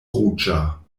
ruĝa